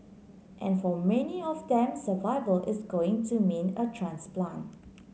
and for many of them survival is going to mean a transplant